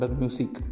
music